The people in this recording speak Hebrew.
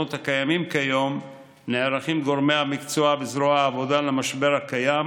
לפתרונות הקיימים כיום נערכים גורמי המקצוע בזרוע העבודה למשבר הקיים